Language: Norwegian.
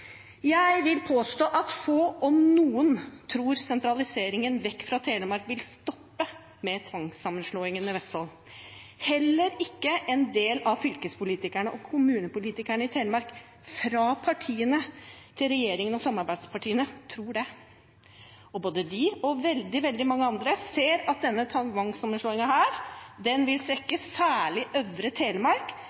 Jeg vil påstå at få, om noen, tror sentraliseringen vekk fra Telemark vil stoppe med tvangssammenslåingen med Vestfold. Heller ikke en del av fylkespolitikerne og kommunepolitikerne i Telemark fra regjeringspartiene og samarbeidspartiene tror det. Både de og veldig, veldig mange andre ser at denne tvangssammenslåingen vil svekke særlig Øvre Telemark